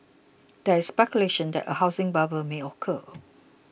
there is speculation that a housing bubble may occur